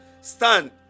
stand